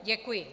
Děkuji.